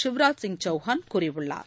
சிவராஜ் சிங் சவுஹான் கூறியுள்ளார்